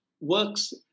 works